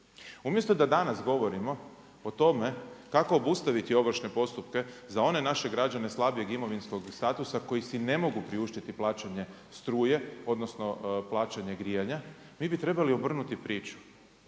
Umjesto da danas govorimo o tome kako obustaviti ovršne postupke, za one naše građene slabije imovinskog statusa koji si ne mogu priuštiti plaćanje struje, odnosno, plaćanja grijanja, mi bi trebali obrnuti priču